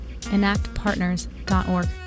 enactpartners.org